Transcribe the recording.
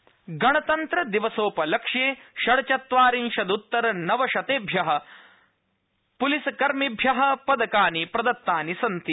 शौर्यपुरस्कार गणतन्त्र दिवसोपलक्ष्ये षड्चत्वारिंशदृत्तर नवशतेभ्य प्लिसकर्मिभ्य पदकानि प्रदत्तानि सन्ति